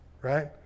Right